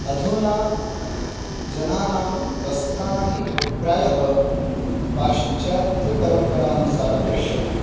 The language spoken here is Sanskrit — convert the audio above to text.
अधुना जनानां वस्त्राणि प्रायः पाश्चात्यपरम्परानुसारं दृश्यते